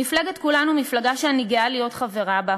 מפלגת כולנו, מפלגה שאני גאה להיות חברה בה,